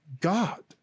god